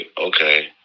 okay